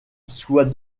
soit